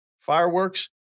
fireworks